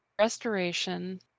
Restoration